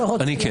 אני כן.